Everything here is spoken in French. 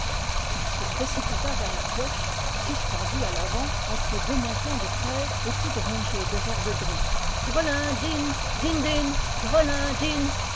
il se précipita vers la cloche suspendue à l'avant entre deux montants de fer et toute rongée de vert-de-gris drelin din din din drelin din